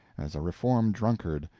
as a reformed drunkard,